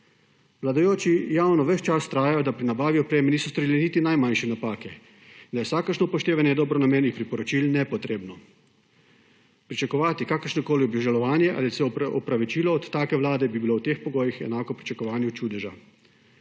Vladajoči javno ves čas vztrajajo, da pri nabavi opreme niso storili niti najmanjše napake, da je vsakršno upoštevanje dobronamernih priporočil nepotrebno. Pričakovati kakršnokoli obžalovanje ali celo opravičilo od take vlade bi bilo v teh pogojih enako pričakovanju čudeža.